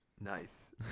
Nice